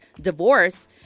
divorce